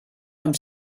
amb